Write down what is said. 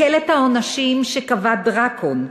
הקל את העונשים שקבע דרקון,